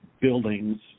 buildings